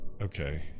Okay